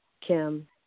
Kim